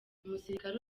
umusirikare